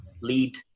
lead